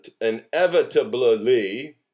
inevitably